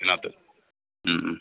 ഇതിനകത്ത്